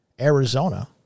Arizona